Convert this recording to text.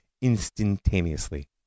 instantaneously